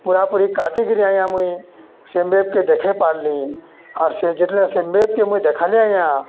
ପୁରାପୁରି କାଟିକିରି ଆଜ୍ଞା ମୁଇଁ ସେ ମେପ୍କେ ଦେଖେଇ ପାର୍ଲି ଆର୍ ସେ ଯେତେ ସେ ମେପ୍କେ ମୁଇଁ ଦେଖାଲି ଆଜ୍ଞା